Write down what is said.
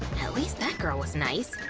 at least that girl was nice.